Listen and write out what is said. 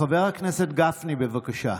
חבר הכנסת גפני, בבקשה.